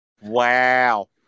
wow